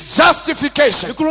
justification